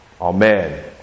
Amen